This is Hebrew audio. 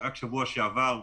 רק בשבוע שעבר,